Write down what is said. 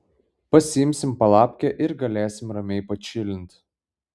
pasiimsim palapkę ir galėsim ramiai pačilint